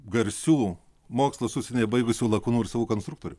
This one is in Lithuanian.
garsių mokslus užsienyje baigusių lakūnų ir savų konstruktorių